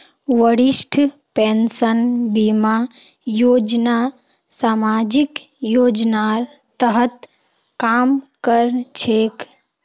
वरिष्ठ पेंशन बीमा योजना सामाजिक योजनार तहत काम कर छेक